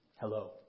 Hello